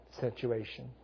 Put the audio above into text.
situation